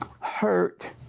hurt